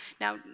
Now